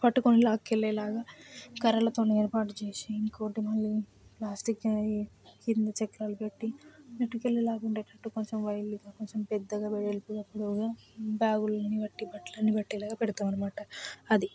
పట్టుకుని లాక్కెళ్ళేలాగ కర్రలతోని ఏర్పాటు చేసి ఇంకోటి మళ్ళీ ప్లాస్టిక్వి కింద చక్రాలు పెట్టి నెట్టుక్కెళ్ళేలాగ ఉండేటట్టు కొంచెం వైల్డ్గా కొంచెం పెద్దగా వెడల్పుగా పొడవుగా బ్యాగులని బట్టి బట్టలన్నీ పట్టేటట్టుపెడతామన్న మాట అది